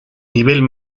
nivel